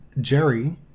Jerry